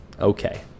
Okay